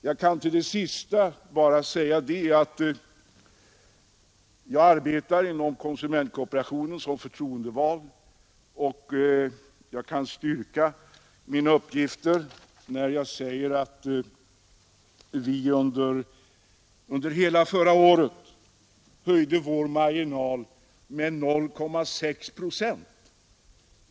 Jag kan också tillägga att jag arbetar inom konsumentkooperationen som förtroendevald, och jag kan styrka mina uppgifter när jag säger att vi under hela förra året höjde vår marginal med 0,6 procent.